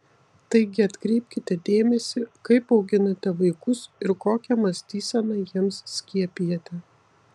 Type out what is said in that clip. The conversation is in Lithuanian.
taigi atkreipkite dėmesį kaip auginate vaikus ir kokią mąstyseną jiems skiepijate